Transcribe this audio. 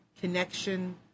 connection